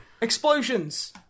Explosions